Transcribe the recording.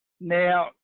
Now